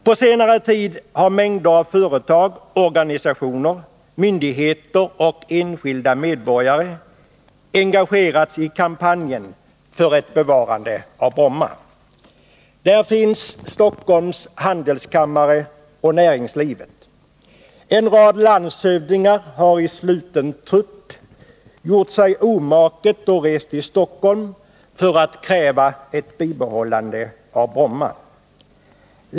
På senare tid har mängder av företag, organisationer, myndigheter, och enskilda medborgare engagerats i kampanjen för ett bevarande av Bromma. Där finns Stockholms handelskammare och näringslivet. En rad landshövdingar har i sluten trupp gjort sig omaket att resa till Stockholm för att kräva ett bibehållande av Bromma.